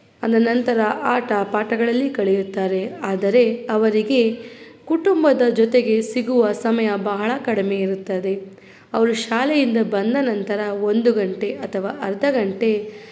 ಅದ್ರ ನಂತರ ಆಟ ಪಾಠಗಳಲ್ಲಿ ಕಳೆಯುತ್ತಾರೆ ಆದರೆ ಅವರಿಗೆ ಕುಟುಂಬದ ಜೊತೆಗೆ ಸಿಗುವ ಸಮಯ ಬಹಳ ಕಡಿಮೆ ಇರುತ್ತದೆ ಅವ್ರು ಶಾಲೆಯಿಂದ ಬಂದ ನಂತರ ಒಂದು ಗಂಟೆ ಅಥವಾ ಅರ್ಧ ಗಂಟೆ